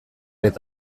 eta